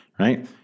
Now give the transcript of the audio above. Right